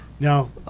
No